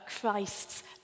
Christ's